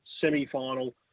semi-final